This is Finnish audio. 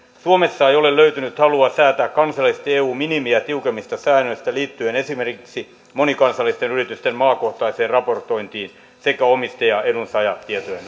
suomessa ei ole löytynyt halua säätää kansallisesti eun minimiä tiukemmista säännöistä liittyen esimerkiksi monikansallisten yritysten maakohtaiseen raportointiin sekä omistaja edunsaajatietojen